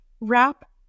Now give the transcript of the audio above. wrap